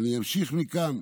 אני אמשיך מכאן.